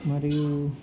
మరియు